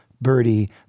birdie